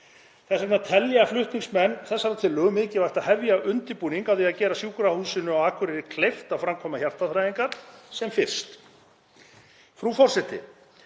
Þess vegna telja flutningsmenn þessarar tillögu mikilvægt að hefja undirbúning að því að gera sjúkrahúsinu á Akureyri kleift að framkvæma hjartaþræðingar sem fyrst. Frú forseti.